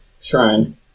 shrine